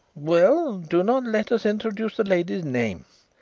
well, do not let us introduce the lady's name.